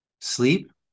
sleep